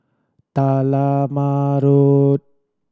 Talma Road